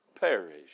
perish